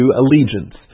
allegiance